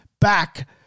back